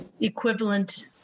equivalent